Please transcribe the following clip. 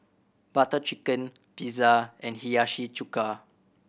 Butter Chicken Pizza and Hiyashi Chuka